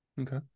Okay